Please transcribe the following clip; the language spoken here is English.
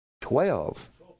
Twelve